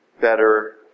better